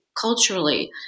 culturally